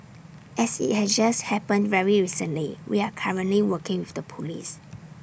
as IT has just happened very recently we are currently working with the Police